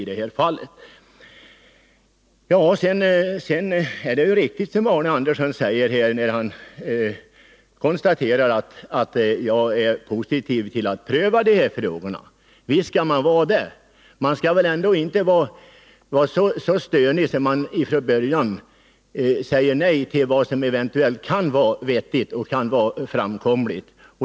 Det är riktigt, som Arne Andersson säger, att jag är positiv till att pröva dispensfrågor. Man skall inte säga nej till vad som kan vara vettigt.